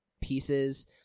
pieces